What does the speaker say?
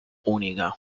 única